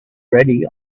ready